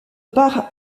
part